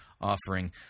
Offering